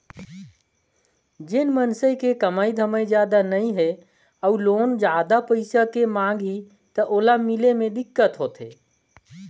जेन मइनसे के कमाई धमाई जादा नइ हे अउ लोन जादा पइसा के मांग ही त ओला मिले मे दिक्कत होथे